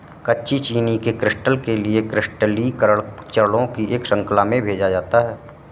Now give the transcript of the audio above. कच्ची चीनी के क्रिस्टल के लिए क्रिस्टलीकरण चरणों की एक श्रृंखला में भेजा जाता है